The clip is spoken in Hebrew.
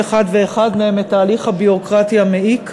אחד ואחד מהם את ההליך הביורוקרטי המעיק,